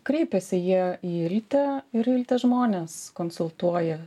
kreipiasi jie į iltę ir iltė žmones konsultuoja